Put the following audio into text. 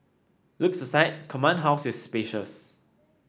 looks aside Command House is spacious